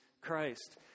Christ